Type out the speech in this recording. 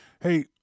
Hey